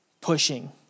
pushing